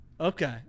Okay